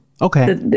Okay